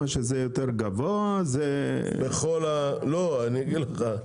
אני אגיד לך.